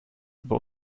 über